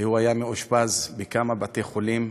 והוא היה מאושפז בכמה בתי-חולים.